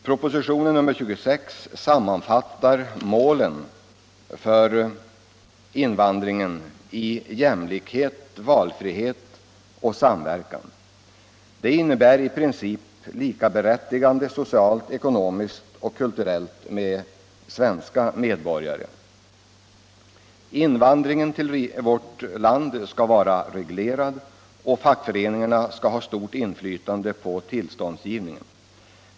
Propositionen nr 26 sammanfattar målen för invandringspolitiken i jämlikhet, valfrihet och samverkan. Det innebär i princip likaberättigande socialt, ekonomiskt och kulturellt med svenska medborgare. Invandringen till vårt land skall vara reglerad, och fackföreningarna skall ha stort inflytande på tillståndsgivningen.